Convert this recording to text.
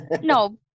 no